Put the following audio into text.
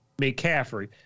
McCaffrey